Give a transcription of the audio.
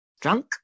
drunk